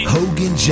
Hogan